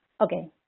Okay